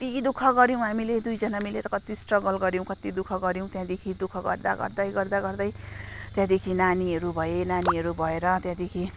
कति दुःख गऱ्यौँ हामीले दुईजना मिलेर कति स्ट्रगल गऱ्यौँ कति दुःख गऱ्यौँ त्यहाँदेखि दुःख गर्दा गर्दा गर्दा गर्दै त्यहाँदेखि नानीहरू भए नानीहरू भएर त्यहाँदेखि